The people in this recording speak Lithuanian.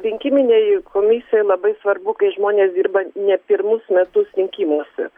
rinkiminėj komisijoj labai svarbu kai žmonės dirba ne pirmus metus rinkimuose